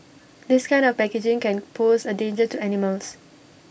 this kind of packaging can pose A danger to animals